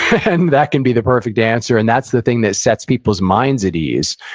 and that can be the perfect answer. and that's the thing that sets people's minds at ease,